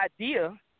idea